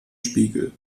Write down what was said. spiegel